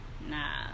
Nah